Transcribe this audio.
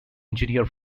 engineer